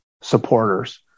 supporters